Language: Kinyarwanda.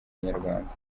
abanyarwanda